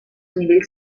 nivells